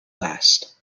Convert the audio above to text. last